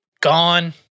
gone